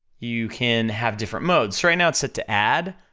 you can have different modes, so right now it's set to add,